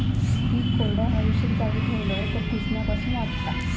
पीक कोरड्या, हवेशीर जागी ठेवलव तर कुजण्यापासून वाचता